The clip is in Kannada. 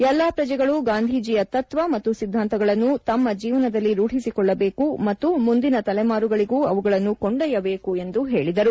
ಎಲ್ಲ ಪ್ರಜೆಗಳು ಗಾಂಧೀಜಿಯ ತತ್ವ ಮತ್ತು ಸಿದ್ದಾಂತಗಳನ್ನು ತಮ್ಮ ಜೀವನದಲ್ಲಿ ರೂಧಿಸಿಕೊಳ್ಳಬೇಕು ಮತ್ತು ಮುಂದಿನ ತಲೆಮಾರುಗಳಿಗೂ ಅವುಗಳನ್ನು ಕೊಂಡೊಯ್ಯಬೇಕು ಎಂದರು